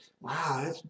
wow